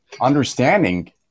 understanding